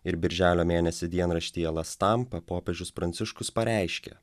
ir birželio mėnesį dienraštyje las tampa popiežius pranciškus pareiškė